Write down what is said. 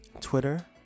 twitter